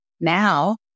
Now